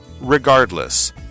Regardless